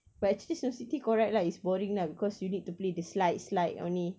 but actually snow city correct lah it's boring lah because you need to play the slide slide only